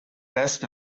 best